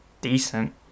decent